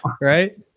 Right